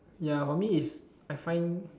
ya for me is I find